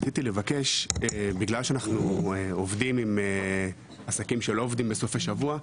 אנחנו עובדים עם עסקים שלא עובדים בסופי שבוע.